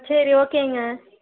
சரி ஓகேங்க